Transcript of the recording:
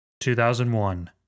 2001